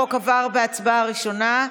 הצעת החוק עברה בקריאה ראשונה.